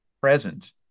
present